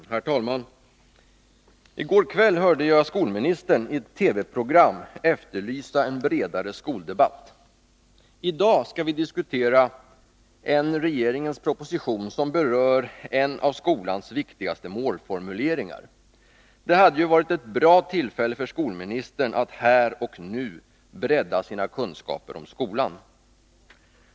Herr talman! I går kväll hörde jag skolministern i ett TV-program efterlysa en bredare skoldebatt. I dag skall vi diskutera en regeringens proposition som berör en av skolans viktigaste målformuleringar. Det hade varit ett bra tillfälle för skolministern att här och nu bredda sina kunskaper om skolan.